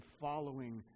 following